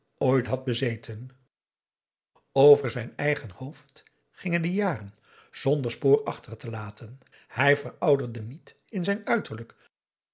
ooit had bezeten over zijn eigen hoofd gingen de jaren zonder spoor achter te laten hij verouderde niet in zijn uiterlijk